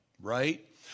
right